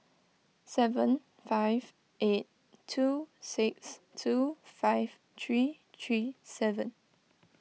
seven five eight two six two five three three seven